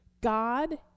God